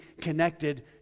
connected